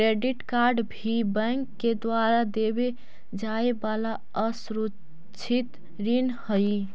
credit card भी bank के द्वारा देवे जाए वाला असुरक्षित ऋण ही हइ